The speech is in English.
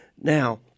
now